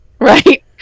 right